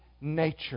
nature